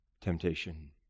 temptation